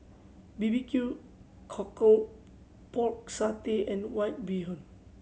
B B Q Cockle Pork Satay and White Bee Hoon